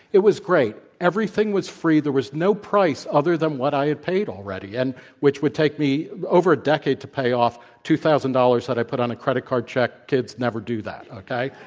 it was great. everything was free. there was no price other than what i had paid already, and which would take me over a decade to pay off two thousand dollars that i put on a credit card check. kids, never do that, okay?